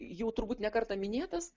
jau turbūt ne kartą minėtas